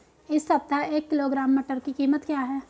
इस सप्ताह एक किलोग्राम मटर की कीमत क्या है?